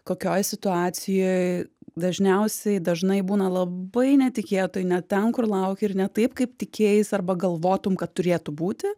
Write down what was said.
kokioj situacijoj dažniausiai dažnai būna labai netikėtoj ne ten kur lauki ir ne taip kaip tikėjais arba galvotum kad turėtų būti